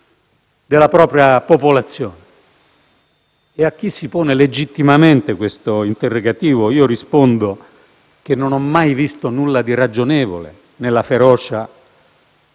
della propria popolazione. A chi si pone legittimamente questo interrogativo, rispondo che non ho mai visto nulla di ragionevole nella ferocia